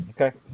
Okay